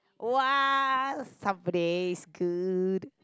[wah] somebody is good